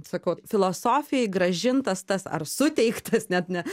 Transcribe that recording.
sakau filosofijai grąžintas tas ar suteiktas net ne